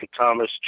Thomas